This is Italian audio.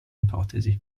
ipotesi